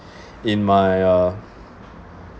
in my uh